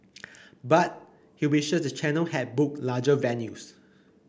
but he wishes the channel had booked larger venues